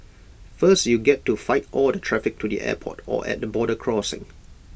first you get to fight all the traffic to the airport or at the border crossing